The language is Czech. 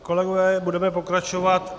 Kolegové, budeme pokračovat.